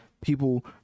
people